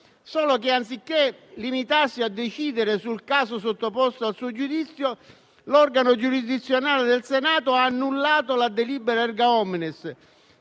solo che, anziché limitarsi a decidere sul caso sottoposto al suo giudizio, l'organo giurisdizionale del Senato ha annullato la delibera *erga omnes*,